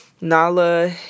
nala